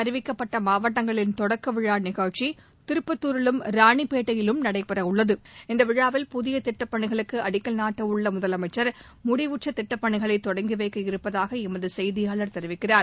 அறிவிக்கப்பட்ட மாவட்டங்களின் தொடக்க நிகழ்ச்சி திருப்பத்தாரிலும் புதிதாக விழா ராணிப்பேட்டையிலும் நடைபெறவுள்ளது இந்த விழாவில் புதிய திட்டப் பணிகளுக்கு அடிக்கல் நாட்டவுள்ள முதலமைச்சர் முடிவுற்ற திட்டப் பணிகளை தொடங்கி வைக்க இருப்பதாக எமது செய்தியாளர் தெரிவிக்கிறார்